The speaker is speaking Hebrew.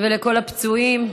ולכל הפצועים.